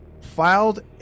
filed